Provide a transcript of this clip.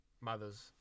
mothers